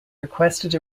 requested